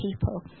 people